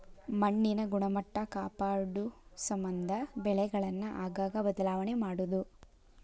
ಮಣ್ಣಿನ ಗುಣಮಟ್ಟಾ ಕಾಪಾಡುಸಮಂದ ಬೆಳೆಗಳನ್ನ ಆಗಾಗ ಬದಲಾವಣೆ ಮಾಡುದು